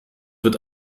wird